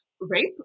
rape